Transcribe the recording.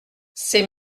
c’est